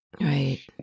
right